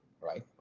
right